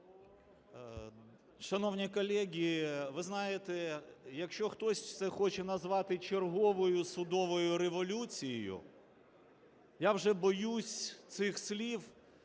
Шановні колеги, ви знаєте, якщо хтось це хоче назвати черговою судовою революцією, я вже боюсь цих слів,